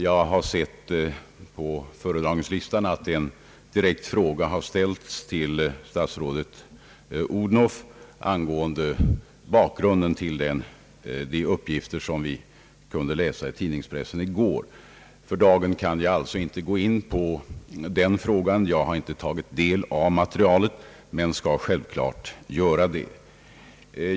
Jag har sett på före dragningslistan att en direkt fråga har ställts till statsrådet Odhnoff om bakgrunden till de uppgifter vi kunde läsa i tidningspressen i går. För dagen kan jag alltså inte gå in på det problemet. Jag har inte tagit del av materialet men skall självfallet göra det.